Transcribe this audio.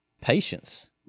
Patience